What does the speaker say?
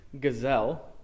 gazelle